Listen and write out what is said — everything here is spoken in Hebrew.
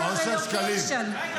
אנחנו מכירים מצוין,